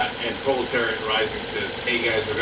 and proletariat rising says, hey guys,